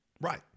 right